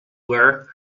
were